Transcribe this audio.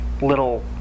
little